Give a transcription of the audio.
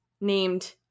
named